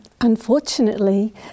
unfortunately